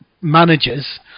managers